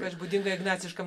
kas būdinga ignaciškajam